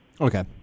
okay